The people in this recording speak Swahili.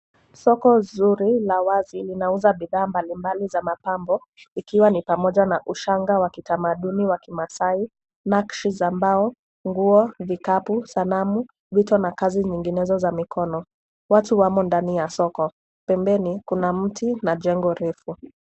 Soko zuri la wazi, linauza bidhaa mbalimbali za mapambo, ikiwa ni pamoja na ushanga wa kitamaduni wa kimaasai, nakshi za mbao, nguo, vikapu, sanamu, vito na kazi nyinginezo za mikono. Watu wamo ndani ya soko .Pembeni kuna mti na jengo refu,